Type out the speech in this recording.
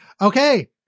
Okay